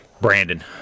Brandon